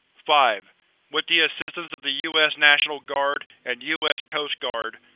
five with the assistance of the us national guard and us coast guard,